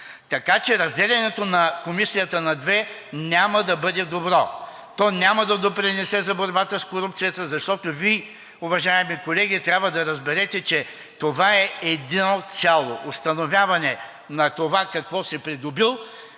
Така че разделянето на Комисията на две няма да бъде добро. То няма да допринесе за борбата с корупцията, защото Вие, уважаеми колеги, трябва да разберете, че това е едно цяло – установяване на това какво си придобил,